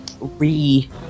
re